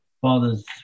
father's